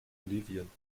bolivien